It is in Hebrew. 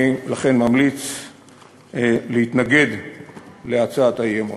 לכן אני ממליץ להתנגד להצעת האי-אמון.